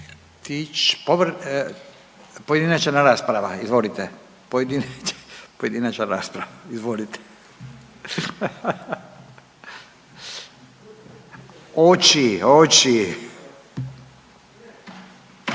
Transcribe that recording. pojedinačna rasprava, izvolite. Pojedinačna rasprava izvolite. **Miletić,